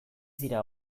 dira